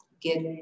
get